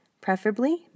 preferably